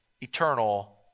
eternal